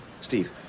Steve